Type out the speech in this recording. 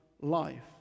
life